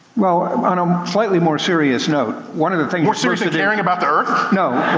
well, um on a slightly more serious note one of the things more serious than caring about the earth? no,